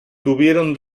tuvieron